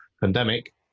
pandemic